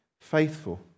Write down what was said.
faithful